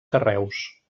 carreus